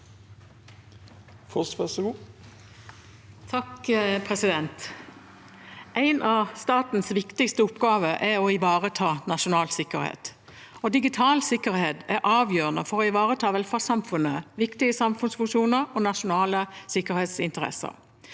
(H) En av statens viktigste oppgaver er å ivareta nasjonal sikkerhet, og digital sikkerhet er avgjørende for å ivareta velferdssamfunnet, viktige samfunnsfunksjoner og nasjonale sikkerhetsinteresser.